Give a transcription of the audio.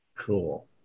Cool